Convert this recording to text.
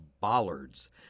bollards